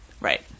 Right